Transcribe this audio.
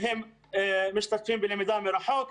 משתתפים בלמידה מרחוק.